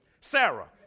Sarah